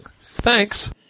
Thanks